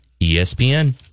ESPN